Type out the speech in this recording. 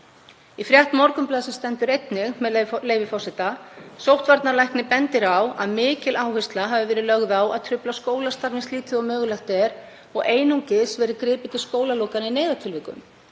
Í frétt Morgunblaðsins stendur einnig, með leyfi forseta: „Sóttvarnalæknir bendir á að mikil áhersla hafi verið lögð á að trufla skólastarf eins lítið og mögulegt er og einungis verið gripið til skólalokana í neyðartilvikum.